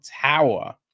Tower